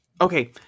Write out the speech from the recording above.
Okay